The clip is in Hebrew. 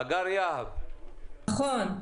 שלום,